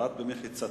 היהודי,